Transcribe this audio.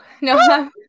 No